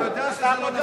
אתה יודע שזה לא נכון.